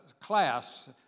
class